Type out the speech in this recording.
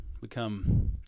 become